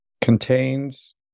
contains